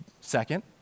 second